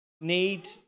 need